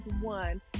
one